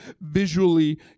visually